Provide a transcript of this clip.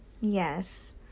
Yes